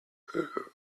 who